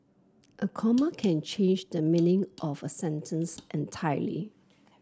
a comma can change the meaning of a sentence entirely